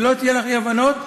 שלא יהיו לך אי-הבנות.